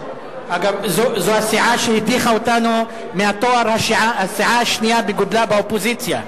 זו הסיעה שהדיחה אותנו מהתואר "הסיעה השנייה בגודלה באופוזיציה".